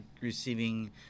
receiving